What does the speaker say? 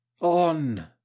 on